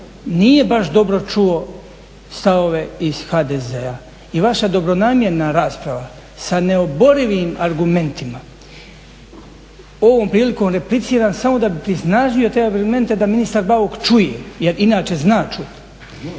nije baš dobro čuo stavove iz HDZ-a. I vaša dobronamjerna rasprava sa neoborivim argumentima, ovom prilikom repliciram samo da bih prisnažio te argumente da ministar Bauk čuje, jer inače zna čuti.